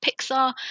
pixar